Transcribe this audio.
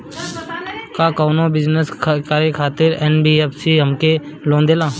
का कौनो बिजनस करे खातिर एन.बी.एफ.सी हमके लोन देला?